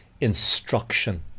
instruction